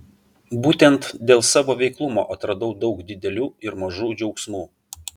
būtent dėl savo veiklumo atradau daug didelių ir mažų džiaugsmų